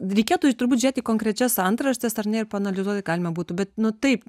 reikėtų turbūt žiūrėt į konkrečias antraštes ar ne ir paanalizuoti galima būtų bet nu taip